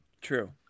True